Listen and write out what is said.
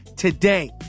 Today